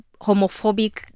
homophobic